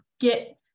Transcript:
get